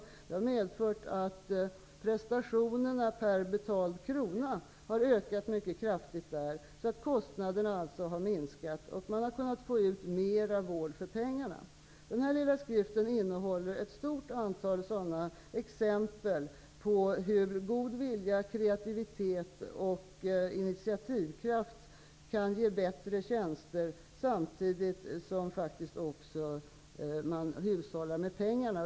Systemet har medfört att prestationerna per betald krona har ökat mycket kraftigt så att kostnaderna har minskat. Man har alltså kunnat få ut mer vård för pengarna. Den här lilla skriften innehåller ett stort antal sådana exempel på hur god vilja, kreativitet och initiativkraft kan ge bättre tjänster samtidigt som man hushållar med pengarna.